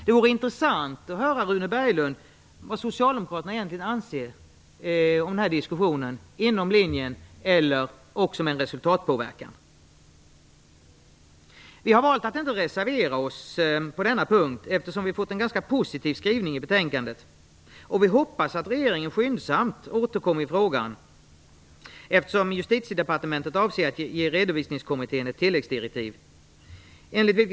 Det vore intressant, Rune Berglund, att få höra vad socialdemokraterna egentligen anser om denna diskussion - skall redovisningen ske inom linjen eller också med resultatpåverkan? Vi har valt att inte reservera oss på denna punkt, eftersom vi fått en ganska positiv skrivning i betänkandet. Vi hoppas att regeringen skyndsamt återkommer i frågan, eftersom Justitiedepartementet avser att ge Redovisningskommittén ett tilläggsdirektiv.